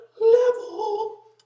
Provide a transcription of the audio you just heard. level